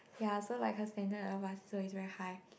ya so like her standard of us so is very high